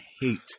hate